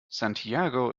santiago